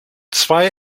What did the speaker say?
zwei